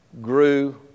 grew